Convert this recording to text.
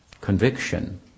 conviction